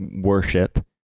worship